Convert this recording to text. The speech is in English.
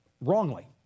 wrongly